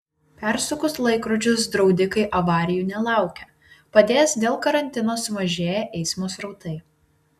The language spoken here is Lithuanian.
persukus laikrodžius draudikai avarijų nelaukia padės dėl karantino sumažėję eismo srautai